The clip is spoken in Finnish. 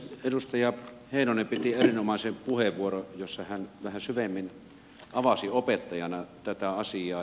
edustaja heinonen piti erinomaisen puheenvuoron jossa hän vähän syvemmin avasi opettajana tätä asiaa